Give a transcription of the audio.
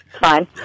Fine